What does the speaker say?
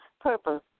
purpose